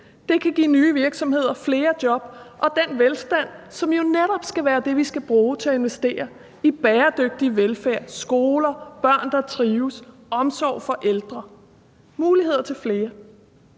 Det kan give nye virksomheder, flere job og den velstand, som jo netop skal være det, vi skal bruge til at investere i bæredygtig velfærd: skoler, børn, der trives, omsorg for ældre og muligheder til flere.